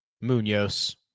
Munoz